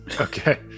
Okay